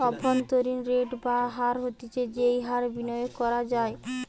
অভ্যন্তরীন রেট বা হার হতিছে যেই হার বিনিয়োগ করা হয়